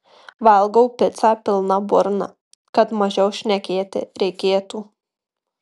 valgau picą pilna burna kad mažiau šnekėti reikėtų